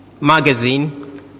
magazine